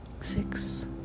six